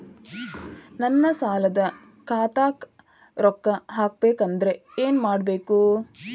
ನನ್ನ ಸಾಲದ ಖಾತಾಕ್ ರೊಕ್ಕ ಹಾಕ್ಬೇಕಂದ್ರೆ ಏನ್ ಮಾಡಬೇಕು?